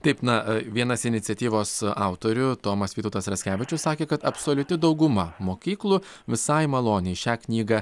taip na vienas iniciatyvos autorių tomas vytautas raskevičius sakė kad absoliuti dauguma mokyklų visai maloniai šią knygą